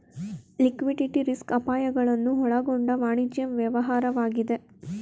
liquidity risk ಅಪಾಯಗಳನ್ನು ಒಳಗೊಂಡ ವಾಣಿಜ್ಯ ವ್ಯವಹಾರವಾಗಿದೆ